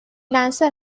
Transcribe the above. لنسر